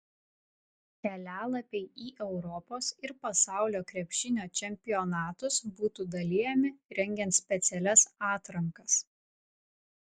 kelialapiai į europos ir pasaulio krepšinio čempionatus būtų dalijami rengiant specialias atrankas